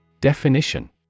Definition